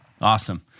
Awesome